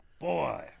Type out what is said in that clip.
Boy